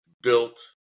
built